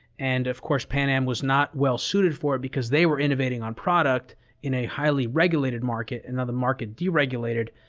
and of course, pan am was not well-suited for it, because they were innovating on product in a highly regulated market, and then ah the market deregulated.